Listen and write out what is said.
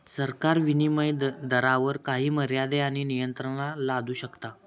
सरकार विनीमय दरावर काही मर्यादे आणि नियंत्रणा लादू शकता